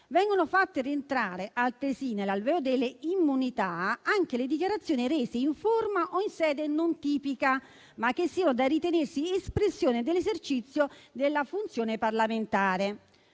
Vengono fatte rientrare altresì nell'alveo delle immunità anche le dichiarazioni rese in forma o in sede non tipica, ma che siano da ritenersi espressione dell'esercizio della funzione parlamentare.